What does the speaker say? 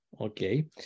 Okay